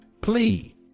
PLEA